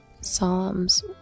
Psalms